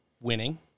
winning